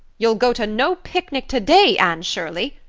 you'll go to no picnic today, anne shirley.